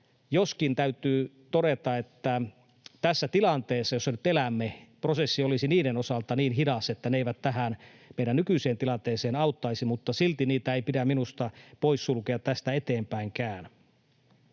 joskin täytyy todeta, että tässä tilanteessa, jossa nyt elämme, prosessi olisi niiden osalta niin hidas, että ne eivät tähän meidän nykyiseen tilanteeseen auttaisi, mutta silti niitä ei pidä minusta poissulkea tästä eteenpäinkään.